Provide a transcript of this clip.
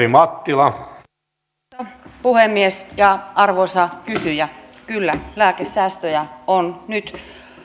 arvoisa puhemies arvoisa kysyjä kyllä lääkesäästöjä on nyt